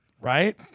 Right